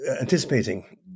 anticipating